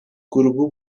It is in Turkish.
grubu